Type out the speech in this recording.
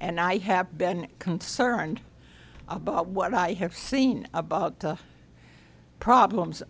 and i have been concerned about what i have seen about the problems